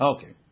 Okay